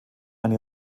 eine